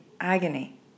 agony